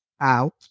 out